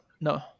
No